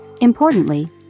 Importantly